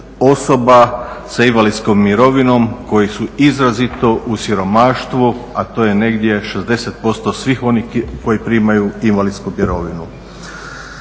osoba sa invalidskom mirovinom koji su izrazito u siromaštvu, a to je negdje 60% svih onih koji primaju invalidsku mirovinu.